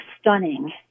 stunning